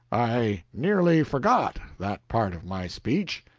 i nearly forgot that part of my speech,